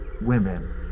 women